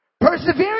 Perseverance